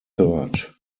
third